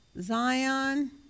Zion